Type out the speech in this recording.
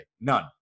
None